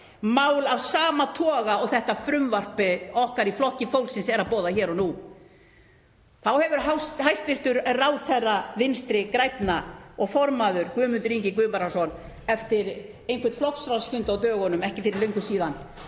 mál af sama toga og þetta frumvarp okkar í Flokki fólksins er að boða hér og nú, þá hefur hæstv. ráðherra Vinstri grænna og formaður, Guðmundur Ingi Guðbrandsson, eftir einhvern flokksráðsfund ekki fyrir löngu síðan,